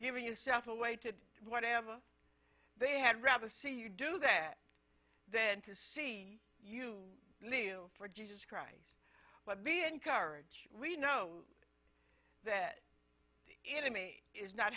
giving yourself a way to whatever they had rather see you do that then to see you live for jesus christ but be encouraged we know that the enemy is not